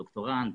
דוקטורנט,